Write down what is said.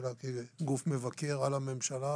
אלא כגוף מבקר על הממשלה,